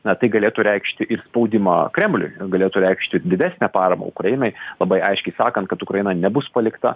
na tai galėtų reikšti ir spaudimą kremliui galėtų reikšti didesnę paramą ukrainai labai aiškiai sakant kad ukraina nebus palikta